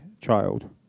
child